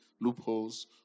loopholes